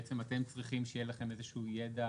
בעצם אתם צריכים שיהיה לכם איזשהו ידע